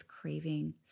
craving